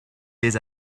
les